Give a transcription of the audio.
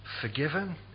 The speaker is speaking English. forgiven